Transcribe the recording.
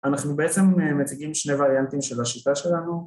אנחנו בעצם מציגים שני וריאנטים של השיטה שלנו